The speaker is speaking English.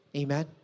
amen